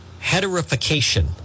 heterification